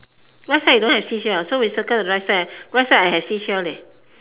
right side you don't have seashell so we circle the right side right side I have seashell leh